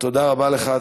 תודה רבה לך.